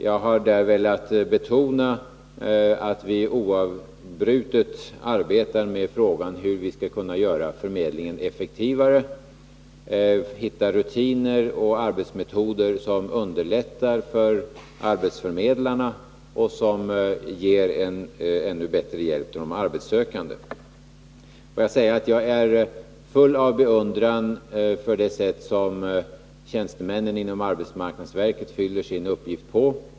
Jag har där velat betona att vi oavbrutet arbetar med frågan hur vi skall kunna göra arbetsförmedlingen effektivare och hitta rutiner och arbetsmetoder som underlättar för arbetsförmedlarna och som ger en ännu bättre hjälp till de arbetssökande. Jag är full av beundran för det sätt som tjänstemännen inom arbetsmarknadsverket fyller sin uppgift på.